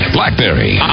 Blackberry